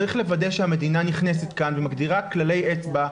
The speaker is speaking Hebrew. צריך לוודא שהמדינה נכנסת כאן ומגדירה כללי אצבע,